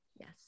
Yes